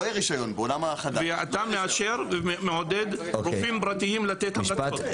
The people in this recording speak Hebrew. אתה מעודד רופאים פרטיים לתת הנפקות.